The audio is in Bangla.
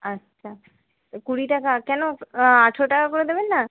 আচ্ছা কুড়ি টাকা কেন আঠেরো টাকা করে দেবেন না